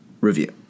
Review